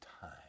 time